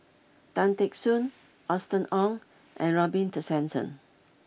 Tan Teck Soon Austen Ong and Robin Tessensohn